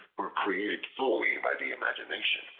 or created solely by the imagination,